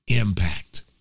impact